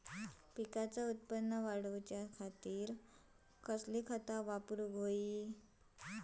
पिकाचा उत्पन वाढवूच्यासाठी कसली खता वापरूक होई?